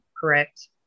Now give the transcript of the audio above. correct